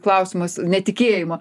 klausimas netikėjimo